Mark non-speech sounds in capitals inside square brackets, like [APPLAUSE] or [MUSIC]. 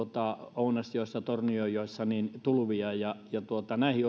ounasjoessa tornionjoessa tulvia näihin [UNINTELLIGIBLE]